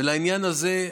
ולעניין הזה,